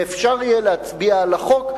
ואפשר יהיה להצביע על החוק,